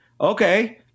Okay